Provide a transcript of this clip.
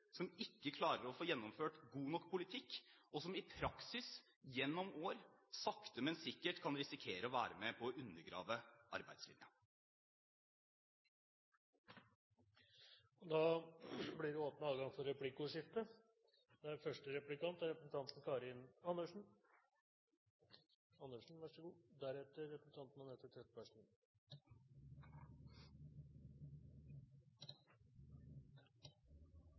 som somler, som ikke klarer å få gjennomført god nok politikk, og som i praksis gjennom år sakte men sikkert kan risikere å være med på å undergrave arbeidslinjen. Det blir